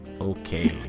okay